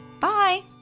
Bye